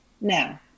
Now